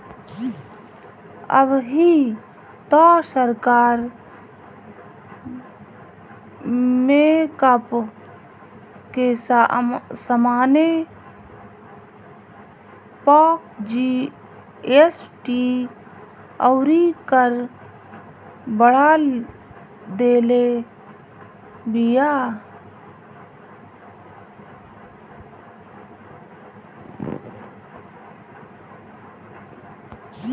अबही तअ सरकार मेकअप के समाने पअ जी.एस.टी अउरी कर बढ़ा देले बिया